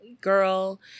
girl